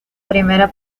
primera